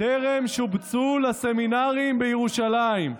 טרם שובצו לסמינרים בירושלים".